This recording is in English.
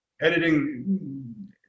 editing